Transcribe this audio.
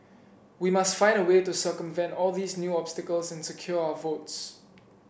we must find a way to circumvent all these new obstacles and secure our votes